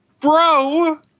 bro